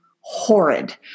horrid